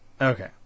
Okay